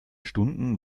stunden